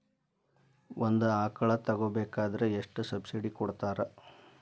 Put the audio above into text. ಒಂದು ಆಕಳ ತಗೋಬೇಕಾದ್ರೆ ಎಷ್ಟು ಸಬ್ಸಿಡಿ ಕೊಡ್ತಾರ್?